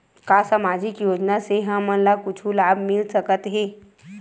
का सामाजिक योजना से हमन ला कुछु लाभ मिल सकत हे?